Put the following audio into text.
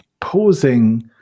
pausing